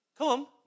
Come